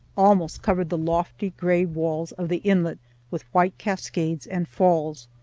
almost covered the lofty gray walls of the inlet with white cascades and falls.